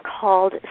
called